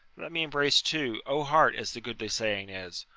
let me embrace too. o heart as the goodly saying is,